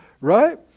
Right